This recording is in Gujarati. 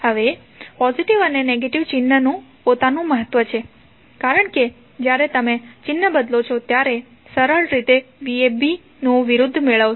હવે પોઝિટિવ અને નેગેટિવ ચિહ્ન નું પોતાનું મહત્વ છે કારણ કે જ્યારે તમેચિહ્ન બદલો છો ત્યારે તમે સરળ રીતે vabનુ વિરુદ્ધ મેળવશો